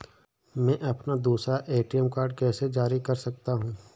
मैं अपना दूसरा ए.टी.एम कार्ड कैसे जारी कर सकता हूँ?